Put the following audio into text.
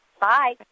bye